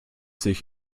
sich